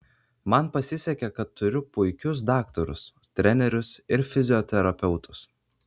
man pasisekė kad turiu puikius daktarus trenerius ir fizioterapeutus